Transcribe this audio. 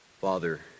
Father